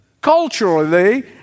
culturally